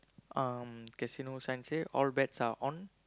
um casino sign say all bets are on